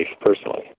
personally